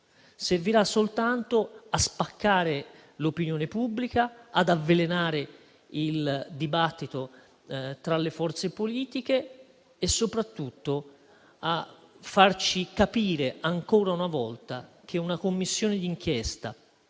Servirà soltanto a spaccare l'opinione pubblica, ad avvelenare il dibattito tra le forze politiche e soprattutto a farci capire, ancora una volta, che una Commissione d'inchiesta